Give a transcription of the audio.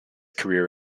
career